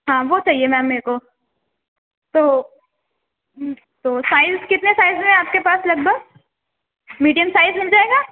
ہاں وہ چاہیے میم میکو تو تو فائلس کتنے سائز ہے آپ کے پاس لگ بھگ میڈیم سائز مل جائے گا